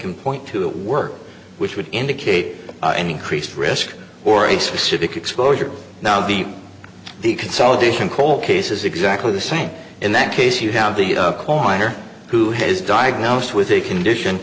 can point to work which would indicate an increased risk or a specific exposure now the the consolidation coal case is exactly the same in that case you have the coroner who has diagnosed with a condition